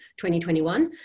2021